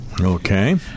Okay